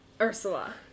Ursula